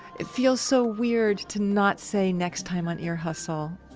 it feels so weird to not say next time on ear hustle.